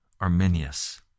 Arminius